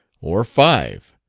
or five.